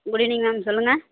good evening ma'am சொல்லுங்க